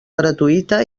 gratuïta